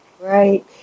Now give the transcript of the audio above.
right